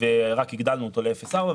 ורק הגדלנו אותו ל-0.4.